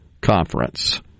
conference